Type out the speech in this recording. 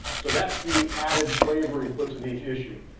so that's the added flavor he puts in each issue.